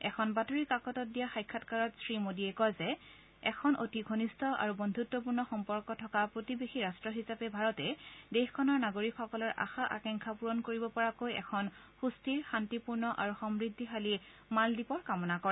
এখন বাতৰি কাকতত দিয়া সাক্ষাৎকাৰত শ্ৰীমোদীয়ে কয় যে এখন অতি ঘনিষ্ঠ আৰু বন্ধুত্বপূৰ্ণ সম্পৰ্ক থকা প্ৰতিবেশী ৰাট্ট হিচাপে ভাৰতে দেশখনৰ নাগৰিকসকলৰ আশা আকাংশা পুৰন কৰিব পৰাকৈ এখন সুস্থিৰ শান্তিপূৰ্ণ আৰু সমূদ্ধিশালী মালদ্বীপৰ কামনা কৰে